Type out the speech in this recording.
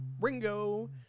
ringo